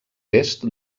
est